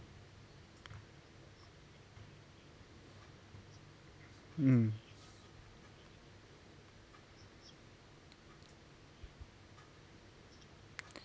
mm